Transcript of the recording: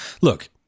look